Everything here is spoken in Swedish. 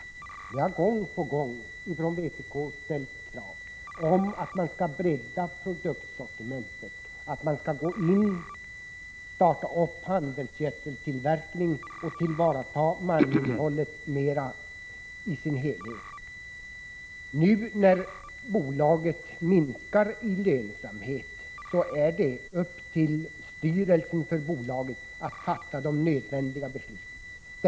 Vi har gång på gång från vpk ställt krav på att bolaget skall bredda produktsortimentet, starta handelsgödseltillverkning och tillvarata malminnehållet mera i dess helhet. Nu när lönsamheten minskar ankommer det på styrelsen för bolaget att fatta de nödvändiga besluten, menar industriminis tern.